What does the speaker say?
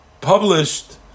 published